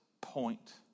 point